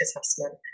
assessment